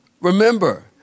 remember